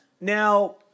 Now